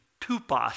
tupas